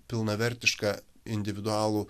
pilnavertišką individualų